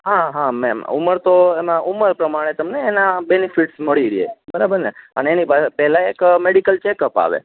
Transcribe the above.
હા હા મેમ ઉમર તો એમાં ઉમર પ્રમાણે તમે એના બેનિફિટ્સ મળી રે બરાબરને અને એની પેલા એક મેડિકલ ચેકઅપ આવે